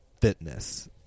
fitness